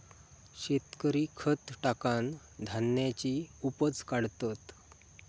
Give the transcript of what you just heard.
शेतकरी खत टाकान धान्याची उपज काढतत